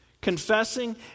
Confessing